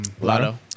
Lotto